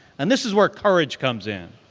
and this is where courage comes in.